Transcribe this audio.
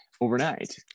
overnight